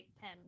pen